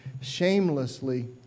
shamelessly